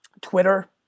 Twitter